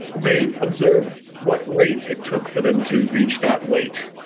they observed what rate it took for them to reach that weight,